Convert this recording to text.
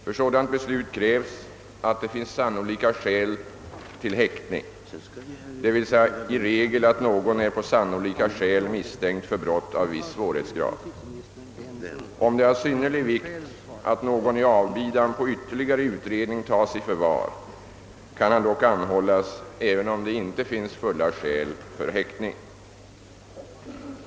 För sådant beslut krävs att det finns skäl till häktning, d.v.s. i regel att någon är på sannolika skäl misstänkt för brott av viss svårhetsgrad; Om det är av synnerlig vikt, att någon i avbidan på ytterligare utredning tas i förvar, kan han dock anhållas även om det ej finns fulla skäl till häktning.